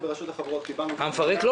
על פי הערכות של המפרק, סך העלויות